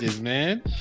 man